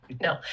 No